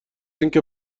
اینکه